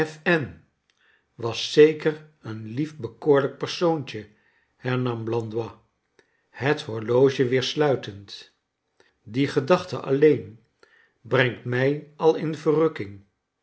was zeker een lief bekoorlijk persoontje her nam blandois het horloge weer sluitend die gedachten alleen brengt mij al in verrukking